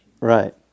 Right